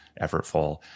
effortful